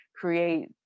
create